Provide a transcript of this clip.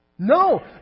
No